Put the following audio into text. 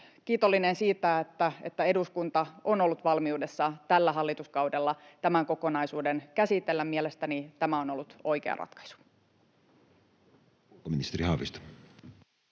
kiitollinen siitä, että eduskunta on ollut valmiudessa tällä hallituskaudella käsitellä tämän kokonaisuuden. Mielestäni tämä on ollut oikea ratkaisu.